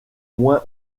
moins